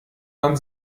man